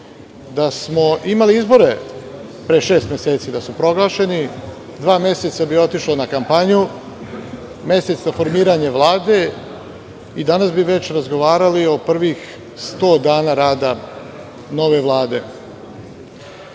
Da smo imali izbore pre šest meseci, da su proglašeni, dva meseca bi otišlo na kampanju, mesec na formiranje Vlade i danas bi već razgovarali o prvih 100 dana rada nove Vlade. Mala